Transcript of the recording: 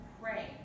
pray